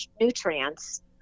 nutrients